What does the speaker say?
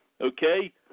okay